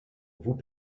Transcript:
vous